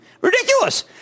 Ridiculous